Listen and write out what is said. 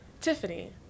Tiffany